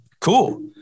Cool